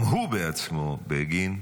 גם הוא בעצמו, בגין,